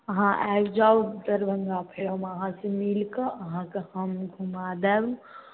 अहाँ आबि जाउ दरभङ्गा फेर हम अहाँसँ मिलिकऽ आहाँके हम घुमा देब